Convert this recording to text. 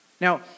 Now